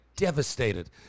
devastated